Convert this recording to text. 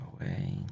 away